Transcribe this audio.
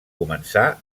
començà